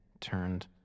turned